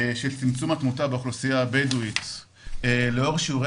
צמצום התמותה באוכלוסייה הבדואית לאור שיעורי